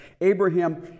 Abraham